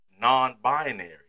non-binary